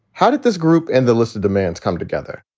how did this group and the list of demands come together?